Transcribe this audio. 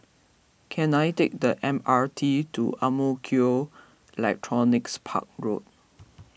can I take the M R T to Ang Mo Kio Electronics Park Road